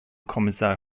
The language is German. kommissar